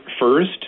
first